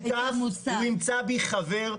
הוא ימצא בי חבר,